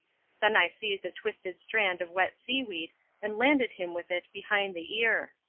then i seized a twisted strand of wet seaweed and landed him with it behind the ear.